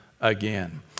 again